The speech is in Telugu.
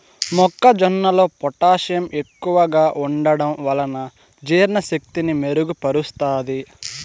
మొక్క జొన్నలో పొటాషియం ఎక్కువగా ఉంటడం వలన జీర్ణ శక్తిని మెరుగు పరుస్తాది